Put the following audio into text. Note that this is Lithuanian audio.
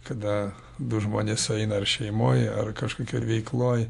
kada du žmonės sueina ar šeimoj ar kažkokioj veikloj